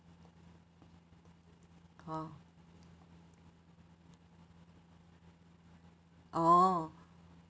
oh oo